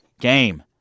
game